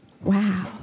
wow